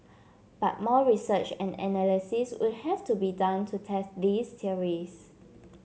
but more research and analysis would have to be done to test these theories